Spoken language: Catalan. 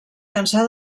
cansar